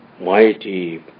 Mighty